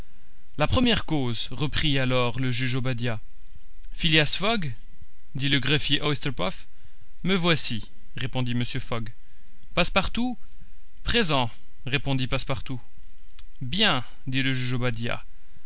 la première cause reprit alors le juge obadiah phileas fogg dit le greffier oysterpuf me voici répondit mr fogg passepartout présent répondit passepartout bien dit le juge obadiah